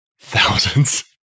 thousands